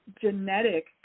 genetic